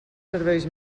serveis